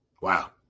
Wow